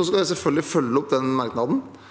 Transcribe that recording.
skal jeg selvfølgelig følge opp den merknaden.